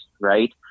right